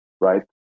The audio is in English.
right